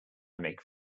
make